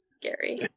scary